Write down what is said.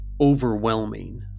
overwhelming